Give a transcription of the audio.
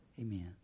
Amen